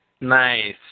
Nice